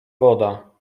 woda